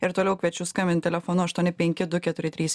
ir toliau kviečiu skambint telefonu aštuoni penki du keturi trys